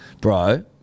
Bro